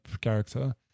character